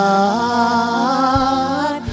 God